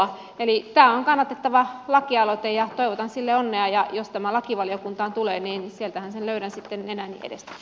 eli tämä on kannatettava lakialoite ja toivotan sille onnea ja jos tämä lakivaliokuntaan tulee niin sieltähän sen löydän sitten nenäni edestä